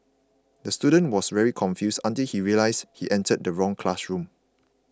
the student was very confused until he realised he entered the wrong classroom